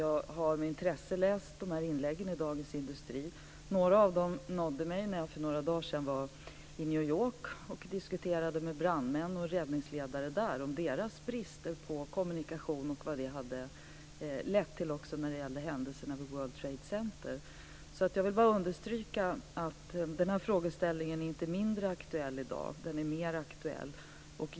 Jag har med intresse läst inläggen i Dagens Industri. Några av dem nådde mig när jag för några dagar sedan var i New York och diskuterade med brandmän och räddningsledare om brister i kommunikationen hos dem och vad det ledde till när det gäller händelserna vid World Trade Center. Frågan är inte mindre aktuell i dag, den är mer aktuell.